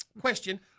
Question